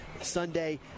Sunday